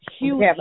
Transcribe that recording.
huge